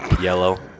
Yellow